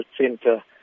Center